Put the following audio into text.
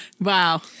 Wow